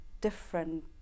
different